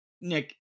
Nick